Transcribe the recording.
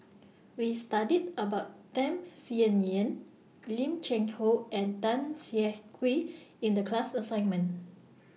We studied about Tham Sien Yen Lim Cheng Hoe and Tan Siah Kwee in The class assignment